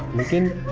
listen